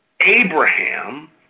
Abraham